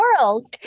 world